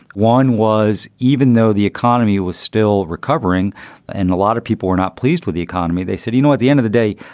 one was even though the economy was still recovering and a lot of people were not pleased with the economy. they said, you know, at the end of the day,